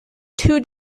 two